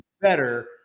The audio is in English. better